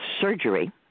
surgery